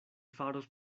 faros